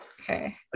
Okay